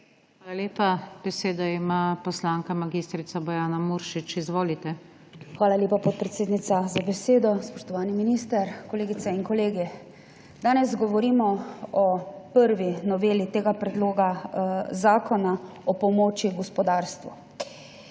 Hvala lepa. Besedo ima poslanka mag. Bojana Muršič. Izvolite. MAG. BOJANA MURŠIČ (PS SD): Hvala lepa, podpredsednica za besedo. Spoštovani minister, kolegice in kolegi! Danes govorimo o prvi noveli tega predloga zakona o pomoči gospodarstvu.